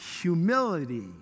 humility